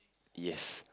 yes